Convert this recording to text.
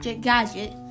gadget